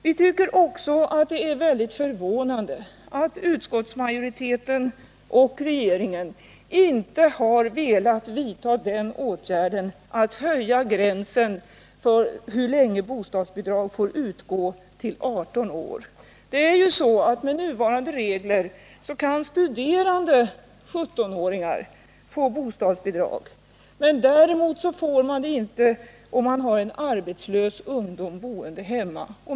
Vi tycker också att det är inycket förvånande att utskottsmajoriteten och regeringen inte velat vidta åtgärden att höja gränsen för bostadsbidrag till 18 år. Med nuvarande regler kan studerande 17-åringar få bostadsbidrag. Däremot utgår inte bostadsbidrag för arbetslösa ungdomar som bor hemma.